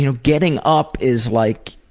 you know getting up is like